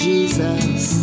Jesus